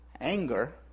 anger